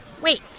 Wait